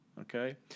Okay